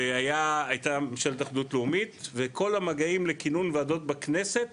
והייתה ממשלת אחדות לאומית וכל המגעים לכינון ועדות בכנסת